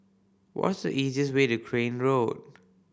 what's the easiest way to Crane Road